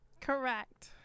correct